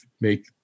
make